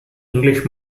english